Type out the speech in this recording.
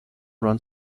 ron